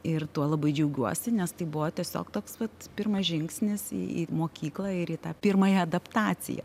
ir tuo labai džiaugiuosi nes tai buvo tiesiog toks vat pirmas žingsnis į mokyklą ir į tą pirmąją adaptaciją